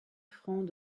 francs